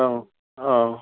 ꯑꯧ ꯑꯧ